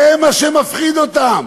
זה מה שמפחיד אותם.